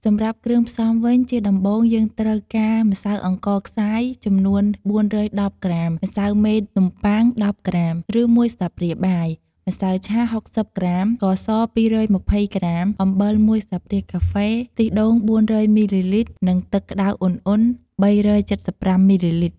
សម្រាប់់គ្រឿងផ្សំវិញ ជាដំបូង យើងត្រូវការម្សៅអង្ករខ្សាយចំនួន ៤១០ក្រាម ម្សៅមេនំបុ័ង ១០ក្រាម ឬ មួយស្លាបព្រាបាយ ម្សៅឆា ៦០ក្រាម ស្ករស ២២០ក្រាម អំបិល មួយស្លាបព្រាកាហ្វេ ខ្ទិះដូង ៤០០មីលីលីត្រ និងទឹកក្ដៅឧណ្ហៗ ៣៧៥ មីលីលីត្រ។